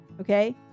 Okay